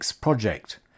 project